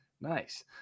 Nice